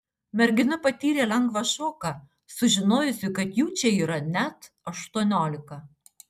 mergina patyrė lengvą šoką sužinojusi kad jų čia yra net aštuoniolika